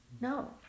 no